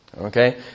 okay